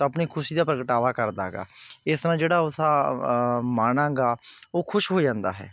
ਤਾਂ ਆਪਣੀ ਖੁਸ਼ੀ ਦਾ ਪ੍ਰਗਟਾਵਾ ਕਰਦਾ ਗਾ ਇਸ ਤਰ੍ਹਾਂ ਜਿਹੜਾ ਉਸਦਾ ਮਨ ਹੈਗਾ ਉਹ ਖੁਸ਼ ਹੋ ਜਾਂਦਾ ਹੈ